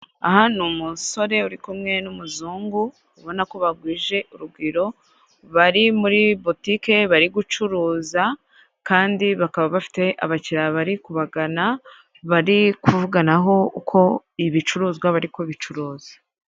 Aha ni umusore uri kumwe n'umuzungu ubona ko bagwije urugwiro bari muri butike bari gucuruza kandi bakaba bafite abakiriya bari kubagana bari kuvuganaho uko ibicuruzwa bari kubicuruza.